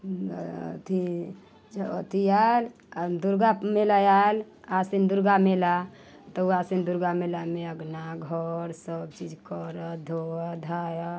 अथी अथी आयल दुर्गा मेला आयल आसीन दुर्गा मेला तऽ आसीन दुर्गा मेलामे अँगना घर सब चीज करऽ धोऽ धाय